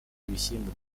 ibishyimbo